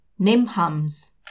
NIMHAMS